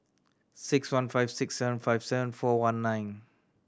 six one five six seven five seven four one nine